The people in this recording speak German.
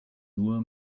nur